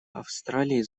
австралии